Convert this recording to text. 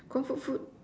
comfort food